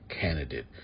candidate